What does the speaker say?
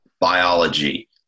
biology